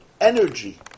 energy